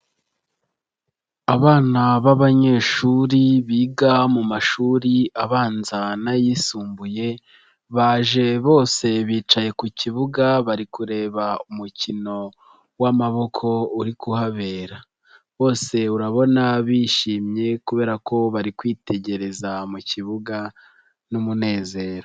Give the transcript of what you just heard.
Abana b'abanyeshuri biga mu mashuri abanza n'ayisumbuye baje bose bicaye ku kibuga bari kureba umukino w'amaboko uri kuhabera, bose urabona bishimye kubera ko bari kwitegereza mu kibuga n'umunezero.